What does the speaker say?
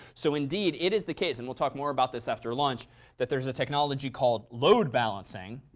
so indeed, it is the case and we'll talk more about this after lunch that there's a technology called load balancing,